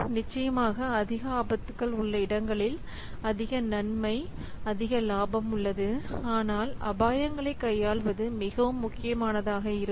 நிச்சயமாக அதிக ஆபத்துகள் உள்ள இடங்களில் அதிக நன்மை அதிக லாபம் உள்ளது ஆனால் அபாயங்களைக் கையாள்வது மிகவும் முக்கியமானதாக இருக்கும்